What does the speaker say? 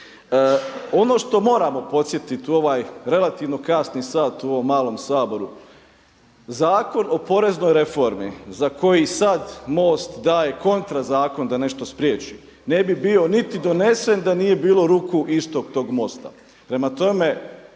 Ono što moramo podsjetiti u ovaj relativno kasni sat u ovom malom Saboru, Zakon o poreznoj reformi za koji sad MOST daje kontra zakon da nešto spriječi ne bi bio niti donesen da nije bilo ruku istog tog MOST-a.